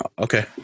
Okay